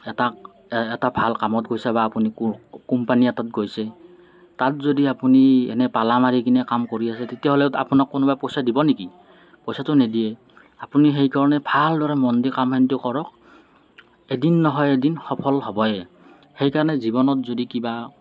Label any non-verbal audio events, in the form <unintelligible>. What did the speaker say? এটা এটা ভাল কামত গৈছে বা আপুনি কোম্পানি এটাত গৈছে তাত যদি আপুনি এনে পালা মাৰিকেনে কাম কৰি আছে তেতিয়াহ'লে আপোনাক কোনোবাই পইচা দিব নেকি পইচাতো নিদিয়ে আপুনি সেইকাৰণে ভালদৰে মন দি কাম <unintelligible> কৰক এদিন নহয় এদিন সফল হ'বই সেইকাৰণে জীৱনত যদি কিবা